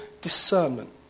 discernment